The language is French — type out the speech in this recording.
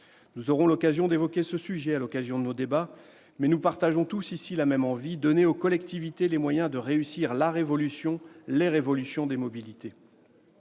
Nous aurons l'occasion d'évoquer ce sujet à l'occasion de nos débats, mais nous partageons tous ici la même envie : donner aux collectivités les moyens de réussir la révolution, les révolutions des mobilités.